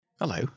Hello